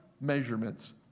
measurements